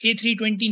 A320